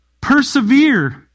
persevere